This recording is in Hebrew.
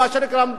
מה שנקרא,